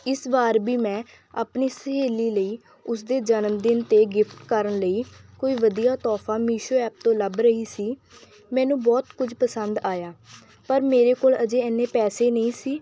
ਇਸ ਵਾਰ ਵੀ ਮੈਂ ਆਪਣੀ ਸਹੇਲੀ ਲਈ ਉਸ ਦੇ ਜਨਮਦਿਨ 'ਤੇ ਗਿਫ਼ਟ ਕਰਨ ਲਈ ਕੋਈ ਵਧੀਆ ਤੋਹਫ਼ਾ ਮੀਸ਼ੋ ਐਪ ਤੋਂ ਲੱਭ ਰਹੀ ਸੀ ਮੈਨੂੰ ਬਹੁਤ ਕੁਝ ਪਸੰਦ ਆਇਆ ਪਰ ਮੇਰੇ ਕੋਲ ਹਜੇ ਇੰਨੇ ਪੈਸੇ ਨਹੀਂ ਸੀ